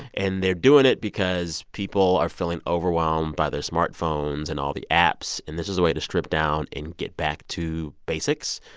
and they're doing it because people are feeling overwhelmed by their smartphones and all the apps. and this is a way to strip down and get back to basics.